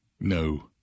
No